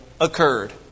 occurred